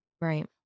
right